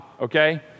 okay